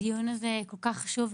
הדיון הזה כל כך חשוב,